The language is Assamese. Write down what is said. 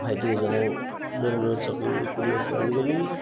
ভাইটি এজনে বেংগলোৰত চাকৰি কৰি আছে আজিকালি